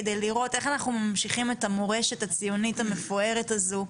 כדי לראות איך אנחנו ממשיכים את המורשת הציונית המפוארת הזו,